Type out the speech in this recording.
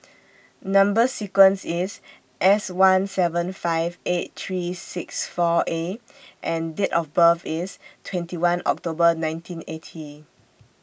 Number sequence IS S one seven five eight three six four A and Date of birth IS twenty one October nineteen eighty